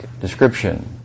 description